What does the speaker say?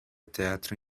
teatro